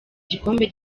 igikombe